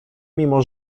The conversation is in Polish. mimo